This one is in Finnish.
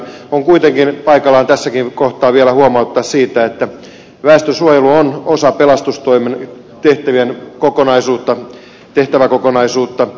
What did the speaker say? on kuitenkin paikallaan tässäkin kohtaa vielä huomauttaa siitä että väestönsuojelu on osa pelastustoiminnan tehtäväkokonaisuutta